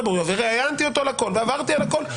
בוריו וראיינתי אותו על הכול ועברתי על הכול,